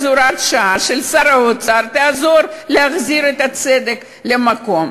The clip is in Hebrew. אז הוראת שעה של שר האוצר תעזור להחזיר את הצדק למקום.